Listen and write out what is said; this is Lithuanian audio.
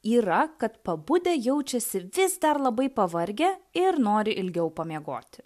yra kad pabudę jaučiasi vis dar labai pavargę ir nori ilgiau pamiegoti